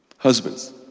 Husbands